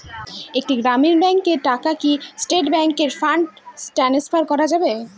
একটি গ্রামীণ ব্যাংকের টাকা কি স্টেট ব্যাংকে ফান্ড ট্রান্সফার করা যাবে?